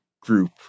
group